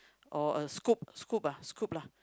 or a scoop scoop ah scoop lah